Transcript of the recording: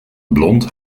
blond